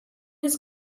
his